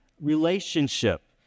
relationship